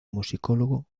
musicólogo